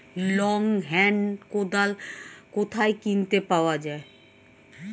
Long hand কোদাল কোথায় কিনতে পাওয়া যায়?